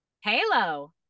Halo